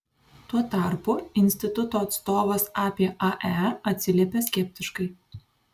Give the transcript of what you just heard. tuo tarpu instituto atstovas apie ae atsiliepė skeptiškai